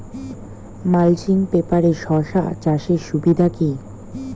Mulching পেপারে শসা চাষের সুবিধা কি?